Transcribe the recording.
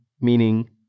meaning